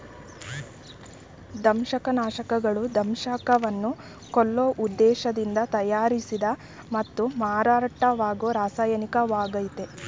ದಂಶಕನಾಶಕಗಳು ದಂಶಕವನ್ನ ಕೊಲ್ಲೋ ಉದ್ದೇಶ್ದಿಂದ ತಯಾರಿಸಿದ ಮತ್ತು ಮಾರಾಟವಾಗೋ ರಾಸಾಯನಿಕವಾಗಯ್ತೆ